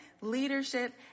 leadership